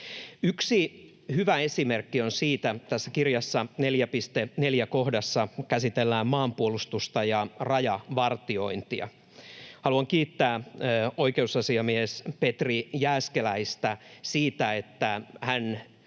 Yksi hyvä esimerkki siitä on tässä kirjassa kohdassa 4.4, jossa käsitellään maanpuolustusta ja rajavartiointia. Haluan kiittää oikeusasiamies Petri Jääskeläistä siitä, että hän